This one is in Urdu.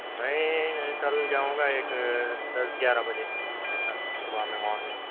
میں کل جاؤں گا ایک دس گیارہ بجے صبح میں مارننگ